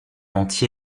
anti